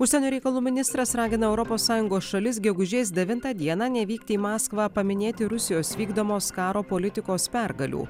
užsienio reikalų ministras ragina europos sąjungos šalis gegužės devintą dieną nevykti į maskvą paminėti rusijos vykdomos karo politikos pergalių